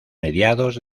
mediados